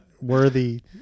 worthy